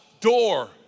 door